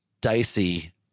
dicey